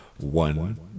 one